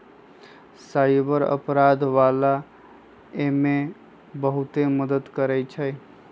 cyber अपराध वाला एमे बहुते मदद करई छई